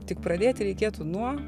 tik pradėti reikėtų nuo